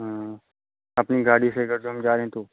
हाँ अपनी गाड़ी से अगर जो हम जा रहें तो